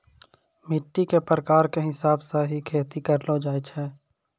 मिट्टी के प्रकार के हिसाब स हीं खेती करलो जाय छै